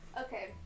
Okay